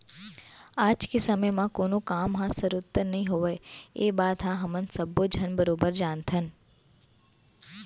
आज के समे म कोनों काम ह सरोत्तर नइ होवय ए बात ल हमन सब्बो झन बरोबर जानथन